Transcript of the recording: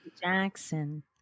Jackson